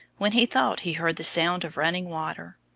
when he thought he heard the sound of running water.